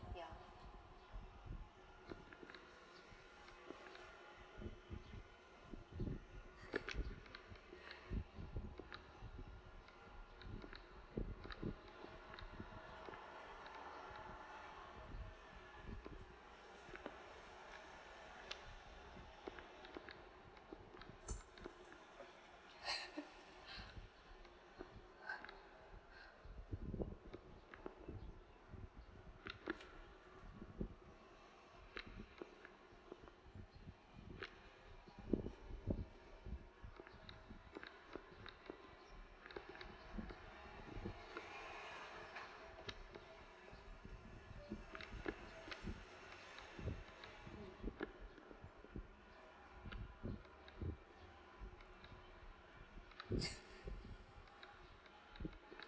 ya